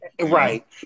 Right